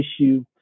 issue